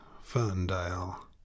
Ferndale